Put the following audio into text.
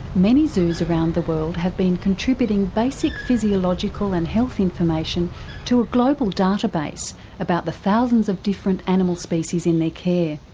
many zoos around the world have been contributing basic physiological and health information to a global database about the thousands of different animal species in their care.